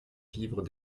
vivre